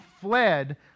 fled